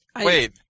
Wait